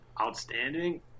outstanding